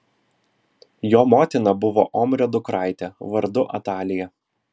jo motina buvo omrio dukraitė vardu atalija